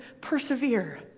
persevere